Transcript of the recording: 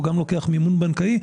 הוא גם לוקח מימון בנקאי,